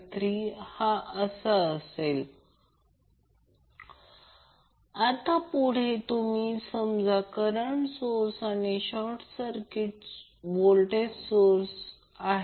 353 आता पुढे तुम्ही समजा करंट सोर्स आणि शॉर्ट सर्किट व्होल्टेज सोर्स आहे